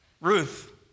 Ruth